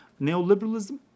neoliberalism